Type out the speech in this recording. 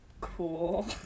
Cool